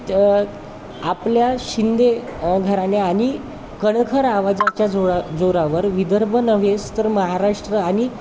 त आपल्या शिंदे घराणे आणि कणखर आवाजाच्या जोळा जोरावर विदर्भ नव्हेच तर महाराष्ट्र आणि